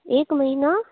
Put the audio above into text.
एक महिना